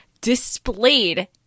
displayed